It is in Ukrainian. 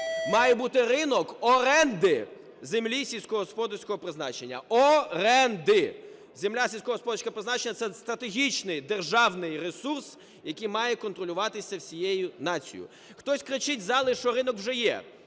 Має бути ринок оренди землі сільськогосподарського призначення. Оренди! Земля сільськогосподарського призначення – це стратегічний державний ресурс, який має контролюватися всією нацією. Хтось кричить з зали, що ринок вже є.